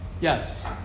yes